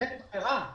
אלא בלית ברירה.